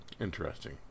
interesting